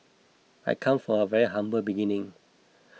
I come from very humble beginning